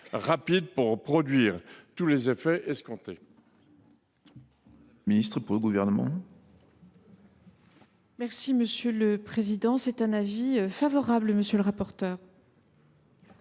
rapide pour produire tous les effets escomptés.